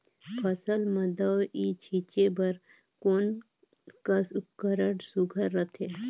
फसल म दव ई छीचे बर कोन कस उपकरण सुघ्घर रथे?